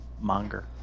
monger